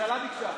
הממשלה ביקשה.